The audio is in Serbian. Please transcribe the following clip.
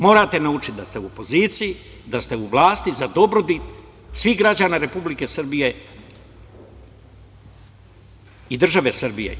Morate naučiti da ste u opoziciji, da ste u vlasti za dobrobit svih građana Republike Srbije i države Srbije.